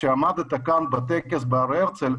כשעמדת כאן בטקס בהר הרצל,